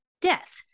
death